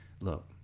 Look